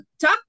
talk